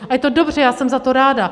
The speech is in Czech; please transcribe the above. A je to dobře, já jsem za to ráda.